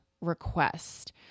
request